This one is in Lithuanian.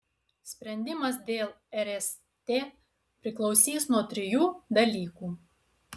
sprendimas dėl rst priklausys nuo trijų dalykų